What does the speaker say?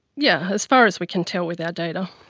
yeah as far as we can tell with our data,